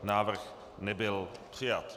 Návrh nebyl přijat.